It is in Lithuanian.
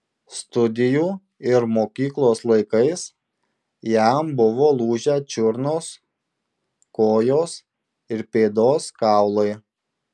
studijų ir mokyklos laikais jam buvo lūžę čiurnos kojos ir pėdos kaulai